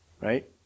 right